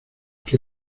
que